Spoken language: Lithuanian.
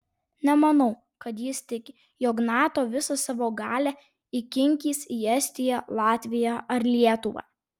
nemanau kad jis tiki jog nato visą savo galią įkinkys į estiją latviją ar lietuvą